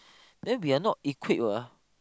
then we are not equipped ah